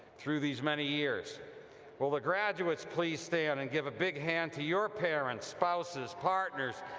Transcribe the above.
through these many years will the graduates please stand and give a big hand to your parents, spouses, partners,